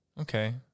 Okay